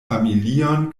familion